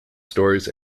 stories